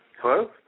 Hello